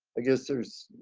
i guess there's